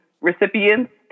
recipients